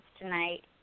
tonight